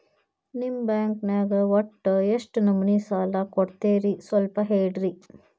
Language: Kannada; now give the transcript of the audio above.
ನಿಮ್ಮ ಬ್ಯಾಂಕ್ ನ್ಯಾಗ ಒಟ್ಟ ಎಷ್ಟು ನಮೂನಿ ಸಾಲ ಕೊಡ್ತೇರಿ ಸ್ವಲ್ಪ ಹೇಳ್ರಿ